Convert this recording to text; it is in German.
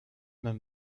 man